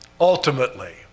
ultimately